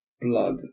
Blood